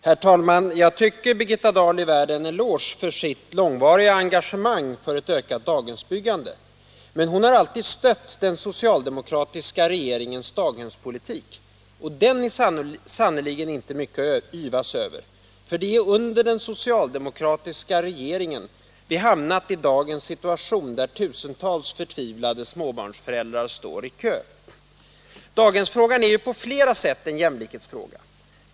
Herr talman! Jag tycker Birgitta Dahl är värd en eloge för sitt långvariga engagemang för ett ökat daghemsbyggande. Men hon har alltid stött den socialdemokratiska regeringens daghemspolitik, och den är sannerligen inte mycket att yvas över. Det är under den socialdemokratiska regeringen vi hamnat i dagens situation, med tusentals förtvivlade småbarnsföräldrar i kö. Daghemsfrågan är på flera sätt en jämlikhetsfråga.